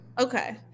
Okay